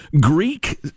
Greek